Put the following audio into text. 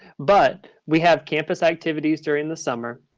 but we have campus activities during the summer.